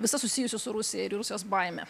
visa susijusi su rusija ir rusijos baime